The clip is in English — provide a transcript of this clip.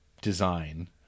design